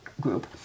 group